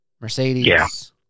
Mercedes